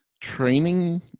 training